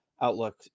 outlook